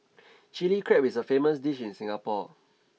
chilli crab is a famous dish in Singapore